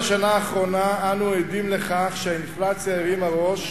בשנה האחרונה אנו עדים לכך שהאינפלציה הרימה ראש,